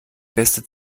beste